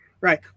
Right